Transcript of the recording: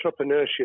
entrepreneurship